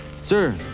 Sir